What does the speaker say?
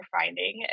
finding